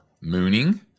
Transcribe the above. mooning